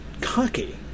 cocky